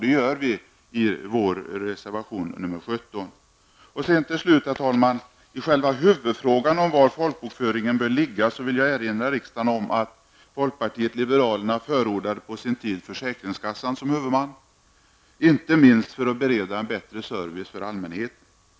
Det gör folkpartiet liberalerna i reservation nr 17. Till slut, herr talman! I själva huvudfrågan om var folkbokföringen bör ligga vill jag bara erinra riksdagen om att folkpartiet liberalerna förordade försäkringskassan som huvudman -- inte minst för att bereda bättre service för allmänheten.